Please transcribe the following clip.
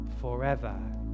forever